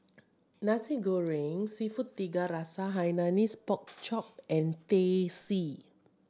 Nasi Goreng Seafood Tiga Rasa Hainanese Pork Chop and Teh C